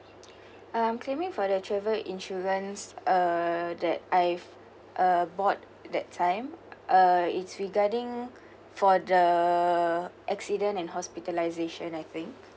I'm claiming for the travel insurance uh that I've uh bought that time uh it's regarding for the accident and hospitalisation I think